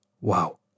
wow